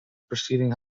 preceding